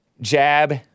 jab